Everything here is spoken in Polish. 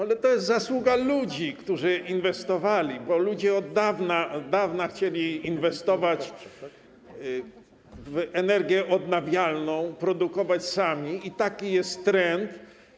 Ale to jest zasługa ludzi, którzy inwestowali, bo ludzie od dawna chcieli inwestować w energię odnawialną, produkować sami i taki jest trend.